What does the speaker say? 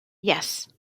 yes